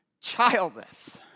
childless